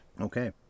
Okay